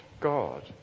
God